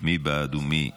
מי בעד ומי נגד?